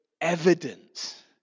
evidence